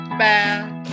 bad